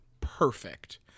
perfect